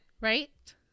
Right